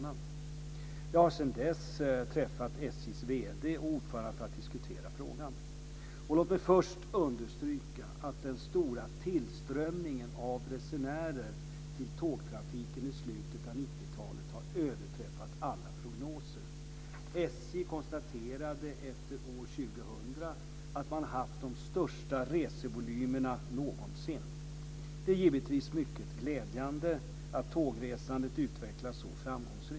Jag har sedan dess träffat SJ:s vd och ordförande för att diskutera frågan. Låt mig först understryka att den stora tillströmningen av resenärer till tågtrafiken i slutet av 1990 talet har överträffat alla prognoser. SJ konstaterade efter år 2000 att man haft de största resandevolymerna någonsin. Det är givetvis mycket glädjande att tågresandet utvecklats så framgångsrikt.